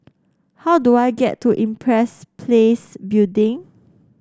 how do I get to Empress Place Building